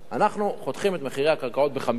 אנחנו חותכים את מחירי הקרקעות ב-50%,